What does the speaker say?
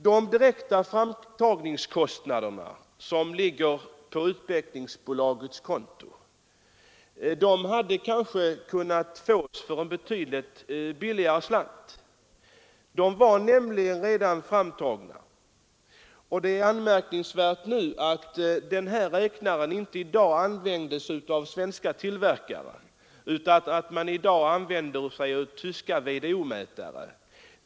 Det direkta utvecklingsarbetet, som gått på Utvecklingsbolagets konto, hade kanske kunnat fås betydligt billigare. Utvecklingsarbetet var nämligen redan utfört. Det är anmärkningsvärt att dessa räknare inte används av svenska tillverkare, som i stället använder tyska VDO-mätare.